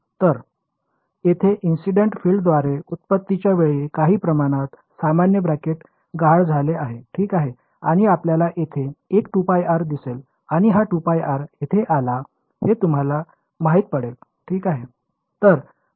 तर येथे incident field द्वारे उत्पत्तीच्या वेळी काही प्रमाणात सामान्य ब्रॅकेट गहाळ झाले आहे ठीक आहे आणि आपल्याला येथे एक 2πr दिसेल आणि हा 2πr येथे का आला हे तुम्हाला माहित पडेल ठीक